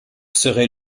serait